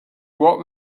what